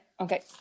okay